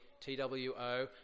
T-W-O